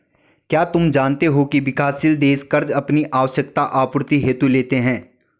क्या तुम जानते हो की विकासशील देश कर्ज़ अपनी आवश्यकता आपूर्ति हेतु लेते हैं?